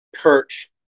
perch